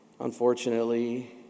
unfortunately